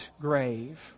grave